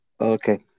Okay